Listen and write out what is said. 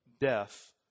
death